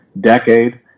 decade